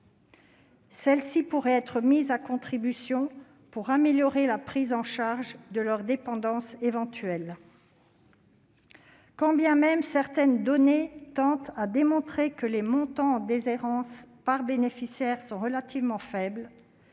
Celle-ci pourrait être mise à contribution pour améliorer la prise en charge de leur éventuelle dépendance. Même si certaines données tendent à démontrer que les montants en déshérence par bénéficiaire sont relativement faibles,